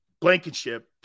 Blankenship